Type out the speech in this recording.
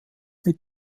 mit